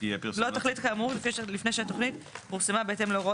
לא תחליט כאמור לפני שהתוכנית פורסמה בהתאם להוראות